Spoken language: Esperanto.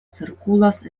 cirkulas